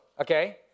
okay